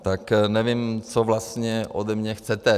Tak nevím, co vlastně ode mě chcete.